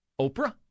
Oprah